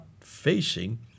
facing